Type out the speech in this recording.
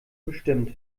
bestimmt